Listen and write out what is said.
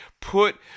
put